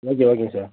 okay okay sir